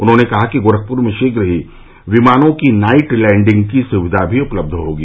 उन्होंने कहा कि गोरखपुर में शीघ्र ही विमानों की नाइट लैण्डिंग की सुविघा भी उपलब्ध होगी